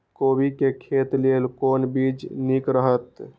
कोबी के खेती लेल कोन बीज निक रहैत?